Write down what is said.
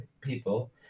people